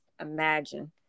imagine